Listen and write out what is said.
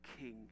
king